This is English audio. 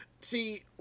See